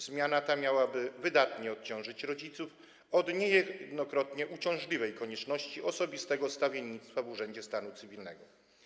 Zmiana ta miałaby wydatnie odciążyć rodziców od niejednokrotnie uciążliwej konieczności osobistego stawiennictwa w urzędzie stanu cywilnego.